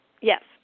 Yes